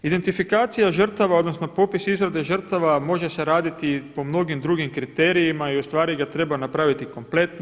Identifikacija žrtava odnosno popis izrade žrtava može se raditi po mnogim drugim kriterijima i u stvari ga treba napraviti kompletno.